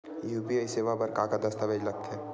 UPI सेवा बर का का दस्तावेज लगथे?